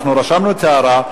אנחנו רשמנו את ההערה.